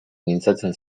mintzatzen